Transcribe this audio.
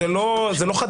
זה לא חדש.